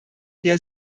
der